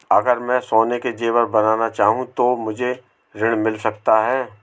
अगर मैं सोने के ज़ेवर बनाना चाहूं तो मुझे ऋण मिल सकता है?